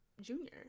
junior